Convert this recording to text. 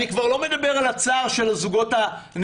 אני כבר לא מדבר על הצער של הזוגות המתחתנים.